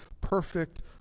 perfect